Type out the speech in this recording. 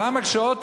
אז למה באוטובוס,